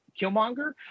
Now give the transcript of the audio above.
Killmonger